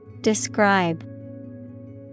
Describe